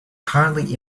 currently